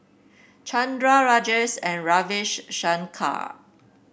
Chandra Rajesh and Ravi Shankar